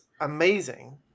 amazing